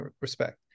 respect